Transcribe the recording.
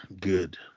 Good